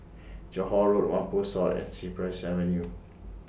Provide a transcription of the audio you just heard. Johore Road Whampoa South and Cypress Avenue